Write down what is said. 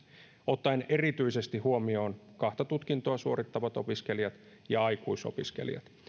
ottaen erityisesti huomioon kahta tutkintoa suorittavat opiskelijat ja aikuisopiskelijat